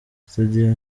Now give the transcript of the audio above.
studio